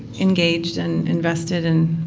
engaged and invested in